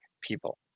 people